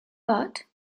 but